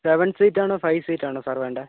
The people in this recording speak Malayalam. സെവൻ സീറ്റാണൊ ഫൈവ് സീറ്റാണോ സർ വേണ്ടത്